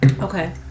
Okay